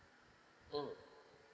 mm